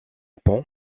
pont